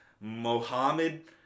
Mohammed